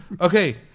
Okay